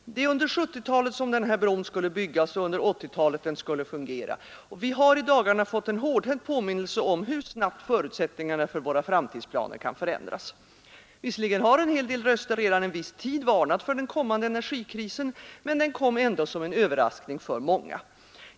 Det är under 70-talet som denna bro skall byggas och under 80-talet som den skall fungera, och vi har i dagarna fått en hårdhänt påminnelse om hur snabbt förutsättningarna för våra framtidsplaner kan förändras. Visserligen har en del röster redan en viss tid varnat för den kommande energikrisen. men den kom ändå som en överraskning för många.